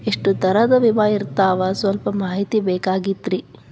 ಎಷ್ಟ ತರಹದ ವಿಮಾ ಇರ್ತಾವ ಸಲ್ಪ ಮಾಹಿತಿ ಬೇಕಾಗಿತ್ರಿ